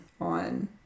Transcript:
on